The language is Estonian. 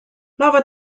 lava